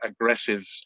aggressive